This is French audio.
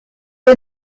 est